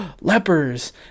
lepers